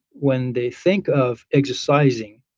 when they think of exercising,